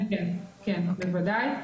כן בוודאי.